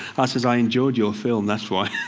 i says, i enjoyed your film. that's why.